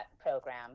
program